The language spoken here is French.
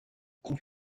compte